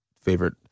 favorite